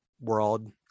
world